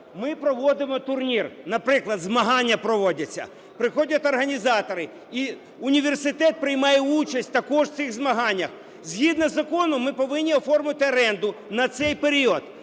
Ми проводимо турнір, наприклад, змагання проводяться. Приходять організатори, і університет приймає участь також в цих змаганнях. Згідно з законом ми повинні оформити оренду на цей період.